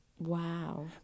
Wow